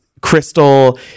Crystal